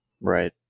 Right